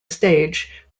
stage